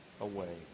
away